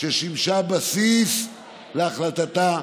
ששימשה בסיס להחלטתה,